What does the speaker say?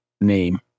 name